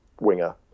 winger